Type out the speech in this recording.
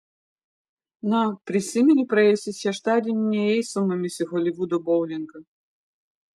na prisimeni praėjusį šeštadienį nėjai su mumis į holivudo boulingą